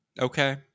Okay